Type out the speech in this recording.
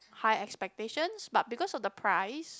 high expectations but because of the price